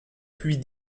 puis